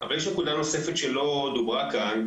אבל יש נקודה נוספת שלא דוברה כאן,